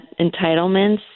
entitlements